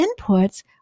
inputs